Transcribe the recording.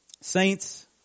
Saints